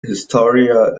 historia